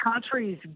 countries